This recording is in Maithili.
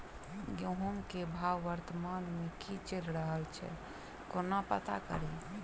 गेंहूँ केँ भाव वर्तमान मे की चैल रहल छै कोना पत्ता कड़ी?